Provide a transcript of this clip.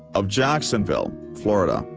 of jacksonville, fla, and